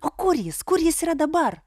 o kur jis kur jis yra dabar